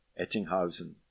Ettinghausen